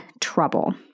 trouble